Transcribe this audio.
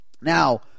Now